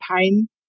pain